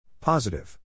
Positive